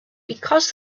because